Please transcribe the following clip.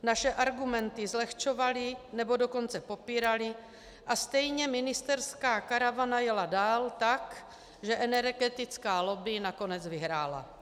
Naše argumenty zlehčovali, nebo dokonce popírali, a stejně ministerská karavana jela dál, takže energetická lobby nakonec vyhrála.